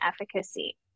efficacy